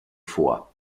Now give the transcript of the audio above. vor